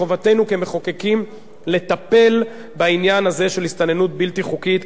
חובתנו כמחוקקים לטפל בעניין הזה של הסתננות בלתי חוקית.